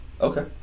Okay